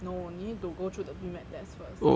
no need you to go through the BMAT test first